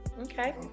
Okay